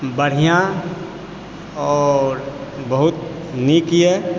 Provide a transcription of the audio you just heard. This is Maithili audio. बढ़िआँ आओर बहुत नीक यऽ